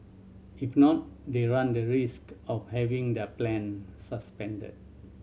if not they run the risk of having their plan suspended